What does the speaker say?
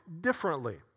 differently